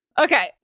okay